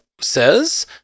says